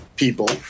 people